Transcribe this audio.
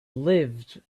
lived